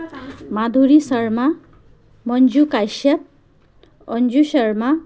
Madhuri Sharma Manju Kashyap Anju Sharma